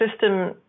system